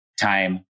time